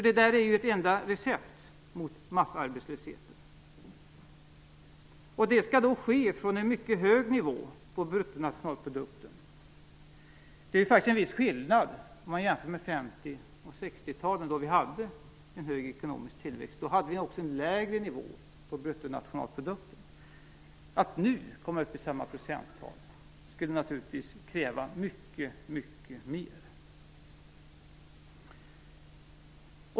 Det här är ju ert enda recept mot massarbetslösheten, och det skall ske från en nivå på bruttonationalprodukten som är mycket hög. Det är faktiskt en viss skillnad om man jämför med 50 och 60-talen då vi hade en hög ekonomisk tillväxt, men då vi också hade en lägre nivå på bruttonationalprodukten. Att nu komma upp i samma procenttal skulle naturligtvis kräva mycket mer.